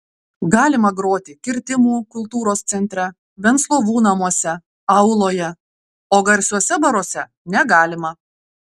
galima groti kirtimų kultūros centre venclovų namuose auloje o garsiuose baruose negalima